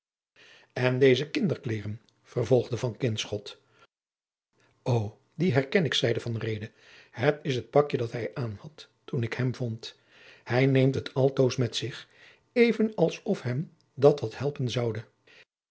en deze kinderkleêren vervolgde van kinschot o die herken ik zeide van reede het is het pakje dat hij aanhad toen ik hem vond hij neemt het altoos met zich even als of hem dat wat helpen zoude